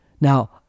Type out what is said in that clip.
now